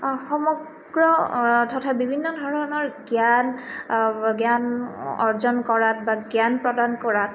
সমগ্ৰ তথা বিভিন্ন ধৰণৰ জ্ঞান জ্ঞান অৰ্জন কৰাত বা জ্ঞান প্ৰদান কৰাত